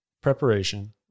preparation